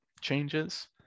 changes